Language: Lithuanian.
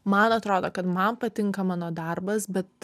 man atrodo kad man patinka mano darbas bet